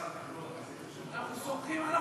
אנחנו סומכים עליו,